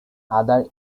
other